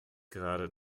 gerade